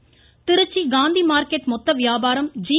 Natarajan Tiruchi Gandhi market மொத்த வியாபாரம் G